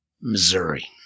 Missouri